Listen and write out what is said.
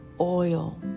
oil